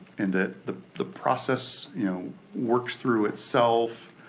and that the the process you know works through itself.